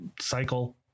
cycle